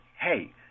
hey